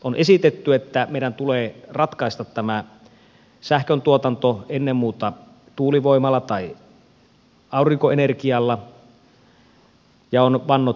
on esitetty että meidän tulee ratkaista tämä sähköntuotanto ennen muuta tuulivoimalla tai aurinkoenergialla ja on vannottu bioenergian nimeen